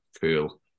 cool